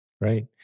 Right